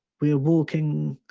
we are walking,